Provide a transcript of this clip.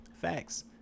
Facts